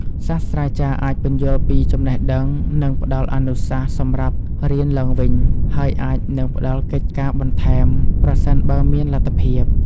សាស្ត្រាចារ្យអាចពន្យល់ពីចំណេះដឹង និងផ្តល់អនុសាសន៍សម្រាប់រៀនឡើងវិញ ហើយអាចនឹងផ្តល់កិច្ចការបន្ថែម ប្រសិនបើមានលទ្ធភាព។